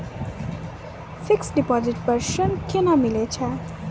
Fixed deposit पर ऋण केना मिलै छै?